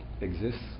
exists